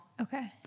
okay